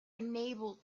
unable